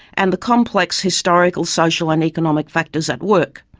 and the complex historical, social and economic factors at work.